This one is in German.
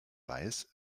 weiß